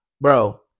Bro